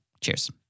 Cheers